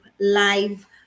live